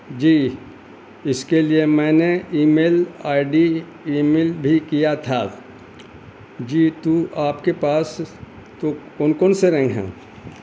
جی اس کے لیے میں نے email I D email بھی کیا تھا جی تو آپ کے پاس تو کون کون سے رنگ ہیں